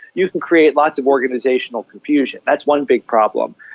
you can create lots of organisational confusion. that's one big problem.